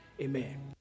amen